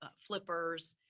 ah flippers,